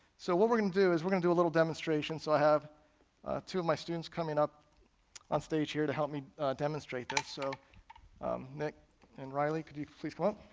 so what we're going to do, is we're going to do a little demonstration, so i have two of my students coming up on stage here to help me demonstrate this. so um nick and reilly, could you please come up?